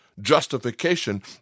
Justification